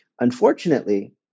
Unfortunately